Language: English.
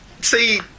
See